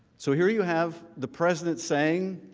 so here you have the president saying